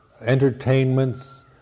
entertainments